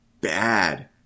bad